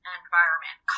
environment